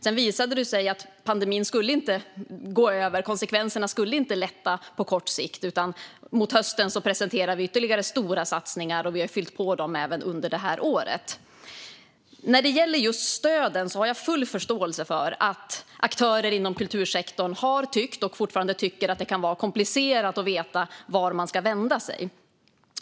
Sedan visade det sig att pandemin inte skulle gå över och att konsekvenserna inte skulle lätta på kort sikt, så mot hösten presenterade vi ytterligare stora satsningar och har även fyllt på dem under det här året. När det gäller stöden har jag full förståelse för att aktörer inom kultursektorn har tyckt och fortfarande tycker att det är svårt att veta vart man ska vända sig.